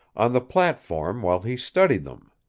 on the platform while he studied them.